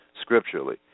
scripturally